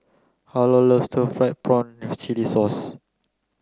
Harlow loves stir fried prawn with chili sauce